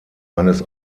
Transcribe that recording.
eines